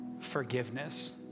forgiveness